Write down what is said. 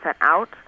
out